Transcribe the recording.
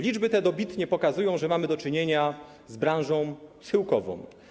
Liczby te dobitnie pokazują, że mamy do czynienia z branżą schyłkową.